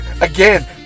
again